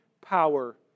power